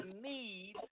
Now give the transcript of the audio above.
need